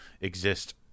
exist